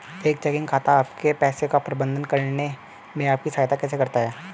एक चेकिंग खाता आपके पैसे का प्रबंधन करने में आपकी सहायता कैसे कर सकता है?